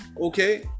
Okay